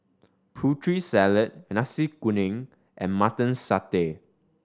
Putri Salad Nasi Kuning and Mutton Satay